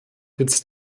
jetzt